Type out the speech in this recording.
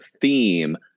theme